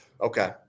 Okay